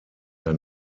der